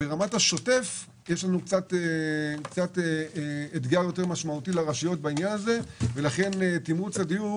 ברמת השוטף הם מהווים אתגר לרשויות ולכן תמרוץ הדיור